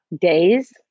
Days